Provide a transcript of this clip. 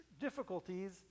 difficulties